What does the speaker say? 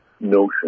notion